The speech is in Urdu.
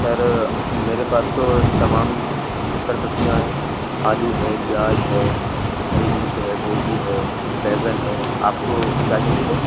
سر میرے پاس تو تمام تر سبزیاں ہیں آلو ہے پیاز ہے ہری مرچ ہے گوبھی ہے بیگن ہے آپ کو کیا چاہیے سر